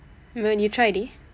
haven't you try already